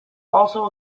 also